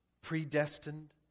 Predestined